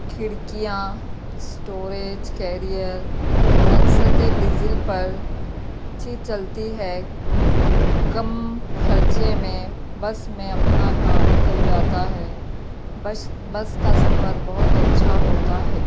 کھڑکیاں storage carrier next diesel پر اچھی چلتی ہے کم خرچے میں بس میں اپنا کام نکل جاتا ہے بس بس کا سفر بہت اچھا ہوتا ہے